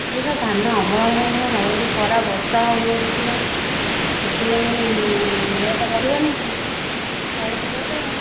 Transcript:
ଏଇ ବା ଧାନ ଅମଳ ହେଉ ହେଉ ମରୁଡ଼ି ଖରା ବର୍ଷା ହେଉ ନାହିଁ କିଛି ନାହିଁ ସେଥିଲାଗି ରେଟ୍ ବଢ଼ିବନି କି ବଢ଼ୁଛି ରେଟ୍ ଆଉ